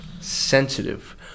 Sensitive